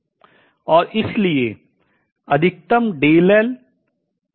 और इसलिए अधिकतम 1 हो सकता है